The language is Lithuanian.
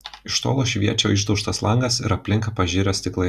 iš tolo šviečia išdaužtas langas ir aplink pažirę stiklai